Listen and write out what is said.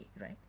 right